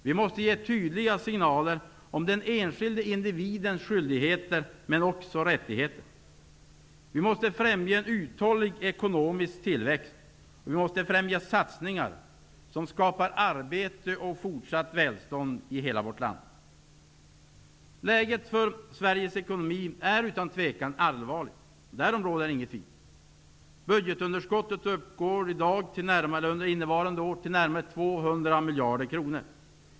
Vi måste ge tydliga signaler om den enskilde individens skyldigheter och rättigheter. Vi måste främja en uthållig ekonomisk tillväxt. Vi måste främja satsningar som skapar arbete och fortsatt välstånd i hela vårt land. Läget för Sveriges ekonomi är allvarligt. Därom råder inget tvivel. Budgetunderskottet för innevarande år uppgår i dag till närmare 200 miljarder kronor.